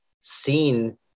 seen